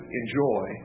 enjoy